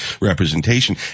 representation